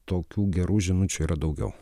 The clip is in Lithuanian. tokių gerų žinučių yra daugiau